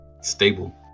stable